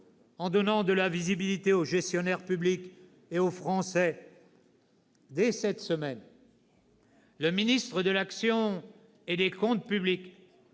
en donnant de la visibilité aux gestionnaires publics et aux Français. « Dès cette semaine, le ministre de l'action et des comptes publics